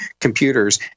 computers